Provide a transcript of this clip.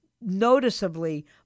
noticeably